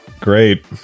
Great